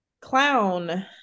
clown